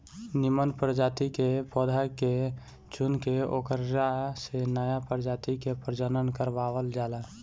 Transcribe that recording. निमन प्रजाति के पौधा के चुनके ओकरा से नया प्रजाति के प्रजनन करवावल जाला